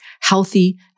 healthy